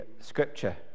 Scripture